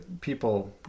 people